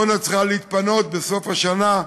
עמונה צריכה להתפנות בסוף השנה,